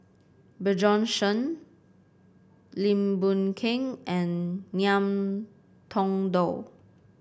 Bjorn Shen Lim Boon Keng and Ngiam Tong Dow